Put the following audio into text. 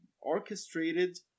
orchestrated